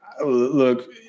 look